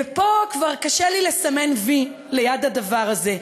ופה כבר קשה לי לסמן "וי" ליד הדבר הזה,